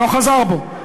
הוא לא חזר בו,